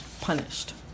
punished